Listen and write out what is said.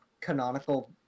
canonical